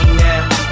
now